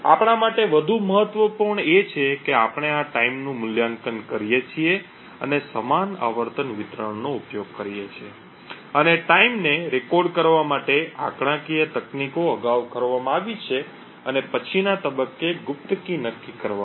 આપણા માટે વધુ મહત્વપૂર્ણ એ છે કે આપણે આ ટાઈમનું મૂલ્યાંકન કરીએ છીએ અને સમાન આવર્તન વિતરણનો ઉપયોગ કરીએ છીએ અને ટાઈમને રેકોર્ડ કરવા માટે આંકડાકીય તકનીકો અગાઉ કરવામાં આવી છે અને પછીના તબક્કે ગુપ્ત કી નક્કી કરવા માટે